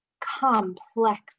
complex